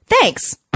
Thanks